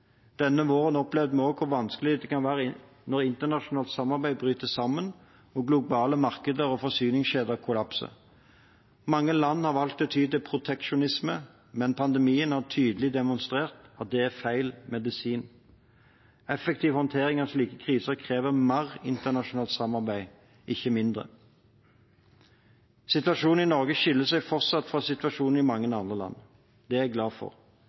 Denne våren opplevde vi også hvor vanskelig det kan være når internasjonalt samarbeid bryter sammen og globale markeder og forsyningskjeder kollapser. Mange land har valgt å ty til proteksjonisme, men pandemien har tydelig demonstrert at det er feil medisin. Effektiv håndtering av slike kriser krever mer internasjonalt samarbeid – ikke mindre. Situasjonen i Norge skiller seg fortsatt fra situasjonen i mange andre land. Det er jeg glad for.